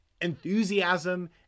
enthusiasm